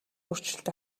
өөрчлөлт